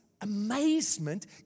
amazement